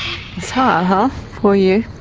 huh, for you?